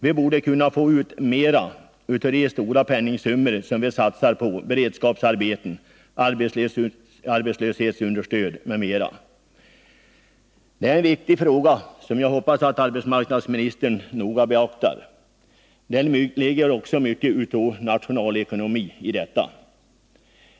Vi borde kunna få ut mera av de stora penningsummor som vi satsar på beredskapsarbeten, arbetslöshetsunderstöd m.m. Det är en viktig fråga som jag hoppas att arbetsmarknadsministern noga beaktar. Det ligger mycket av nationalekonomi i detta.